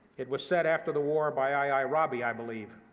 it was said after the war by i i. rabi, i believe,